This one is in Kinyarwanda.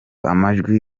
amajwi